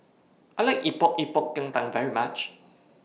I like Epok Epok Kentang very much